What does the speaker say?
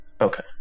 Okay